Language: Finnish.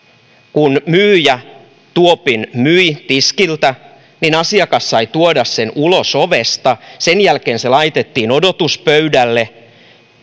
kun myyjä tuopin myi tiskiltä niin asiakas sai tuoda sen ulos ovesta sen jälkeen se laitettiin odotuspöydälle